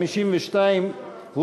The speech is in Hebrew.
52,